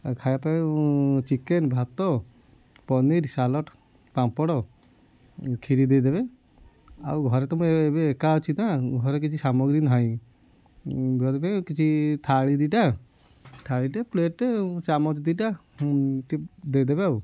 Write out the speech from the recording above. ଆଉ ଖାଇବା ପାଇଁ ଚିକେନ୍ ଭାତ ପନିର ସାଲାଡ଼୍ ପାମ୍ପଡ଼ କ୍ଷିରୀ ଦେଇଦେବେ ଆଉ ଘରେ ତ ମୁଁ ଏ ଏବେ ଏକା ଅଛି ତ ଘରେ ବି କିଛି ସାମଗ୍ରୀ ନାହିଁ ଘରେ ବି କିଛି ଥାଳି ଦିଟା ଥାଳିଟେ ପ୍ଲେଟ୍ଟେ ଆଉ ଚାମଚ ଦିଟା ଟିକେ ଦେଇଦେବେ ଆଉ